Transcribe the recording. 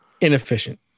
Inefficient